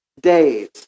days